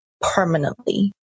permanently